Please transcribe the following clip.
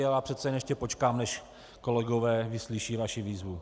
Já přece jen ještě počkám, než kolegové vyslyší vaši výzvu.